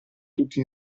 tutti